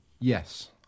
Yes